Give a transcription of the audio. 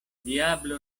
diablo